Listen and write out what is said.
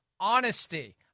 honesty